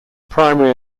primary